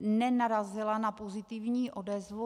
nenarazila na pozitivní odezvu.